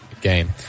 game